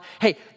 Hey